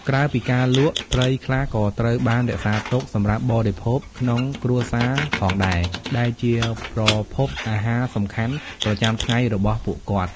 ក្រៅពីការលក់ ត្រីខ្លះក៏ត្រូវបានរក្សាទុកសម្រាប់បរិភោគក្នុងគ្រួសារផងដែរ ដែលជាប្រភពអាហារសំខាន់ប្រចាំថ្ងៃរបស់ពួកគាត់។